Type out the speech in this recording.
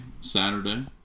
Saturday